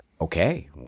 Okay